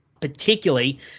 particularly –